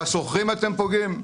בשוכרים אתם פוגעים?